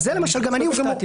אז זה למשל גם אני הופתעתי.